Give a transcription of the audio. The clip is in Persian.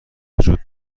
وجود